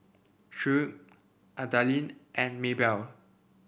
Shirl Adalynn and Maybelle